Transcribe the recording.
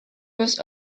was